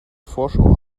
vorschau